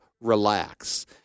relax